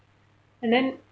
and then